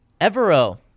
Evero